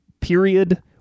period